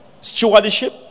stewardship